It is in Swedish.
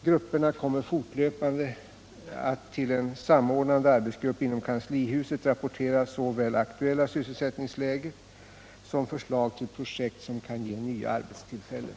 Grupperna kommer fortlöpande att till en samordnande arbetsgrupp inom kanslihuset rapportera såväl aktuellt sysselsättningsläge som förslag till projekt som kan ge nya arbetstillfällen.